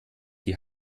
die